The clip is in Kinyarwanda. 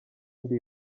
ndi